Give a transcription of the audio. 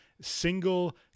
single